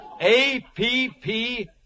A-P-P